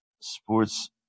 sports